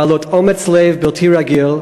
בעלות אומץ לב בלתי רגיל,